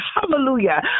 Hallelujah